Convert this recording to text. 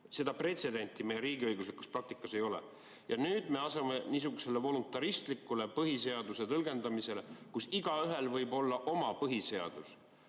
jooksul meie riigiõiguslikus praktikas olnud. Ja nüüd me asume niisugusele voluntaristlikule põhiseaduse tõlgendamise teele, kus igaühel võib olla oma põhiseadus,